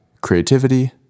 creativity